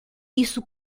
isso